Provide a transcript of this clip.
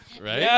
right